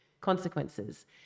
consequences